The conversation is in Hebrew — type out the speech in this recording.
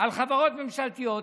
על חברות ממשלתיות.